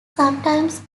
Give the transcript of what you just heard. sometimes